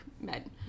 men